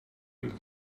week